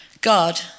God